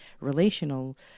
relational